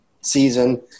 season